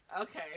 Okay